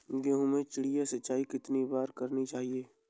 गेहूँ में चिड़िया सिंचाई कितनी बार करनी चाहिए?